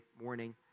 morning